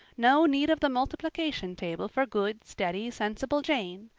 no need of the multiplication table for good, steady, sensible jane!